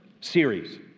series